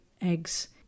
eggs